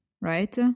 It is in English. right